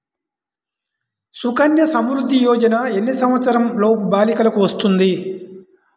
సుకన్య సంవృధ్ది యోజన ఎన్ని సంవత్సరంలోపు బాలికలకు వస్తుంది?